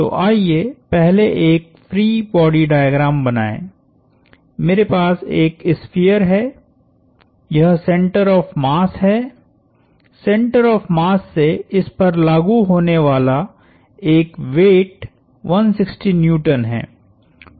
तो आइए पहले एक फ्री बॉडी डायग्राम बनाएं मेरे पास एक स्फीयर है यह सेंटर ऑफ़ मास है सेंटर ऑफ़ मास से इस पर लागु होने वाला एक वेट 160N है